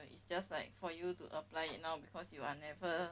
it's just like for you to apply it now because you are never